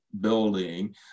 building